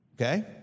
okay